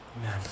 Amen